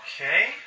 Okay